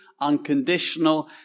unconditional